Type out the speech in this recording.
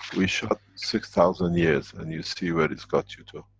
we shut six thousand years and you see where it's got you to.